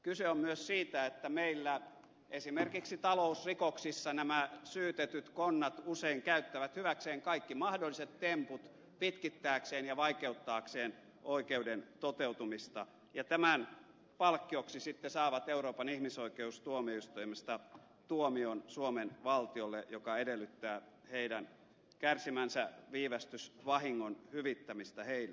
kyse on myös siitä että meillä esimerkiksi talousrikoksissa nämä syytetyt konnat usein käyttävät hyväkseen kaikki mahdolliset temput pitkittääkseen ja vaikeuttaakseen oikeuden toteutumista ja tämän palkkioksi sitten saavat euroopan ihmisoikeustuomioistuimesta tuomion suomen valtiolle joka edellyttää heidän kärsimänsä viivästysvahingon hyvittämistä heille